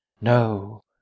no